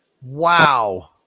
Wow